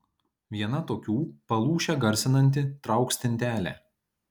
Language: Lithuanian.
viena tokių palūšę garsinanti trauk stintelę